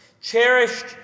cherished